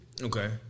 Okay